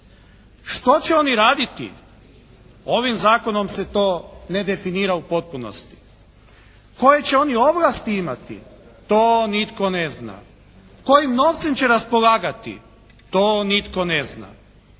Što će oni raditi ovim zakonom se to ne definira u potpunosti. Koje će oni ovlasti to nitko ne zna. Kojim novcem će raspolagati to nitko ne zna.